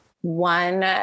one